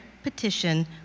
petition